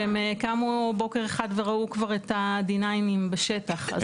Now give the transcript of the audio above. שהם קמו בוקר אחד וראו כבר את הדינינים בשטח.